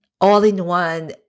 all-in-one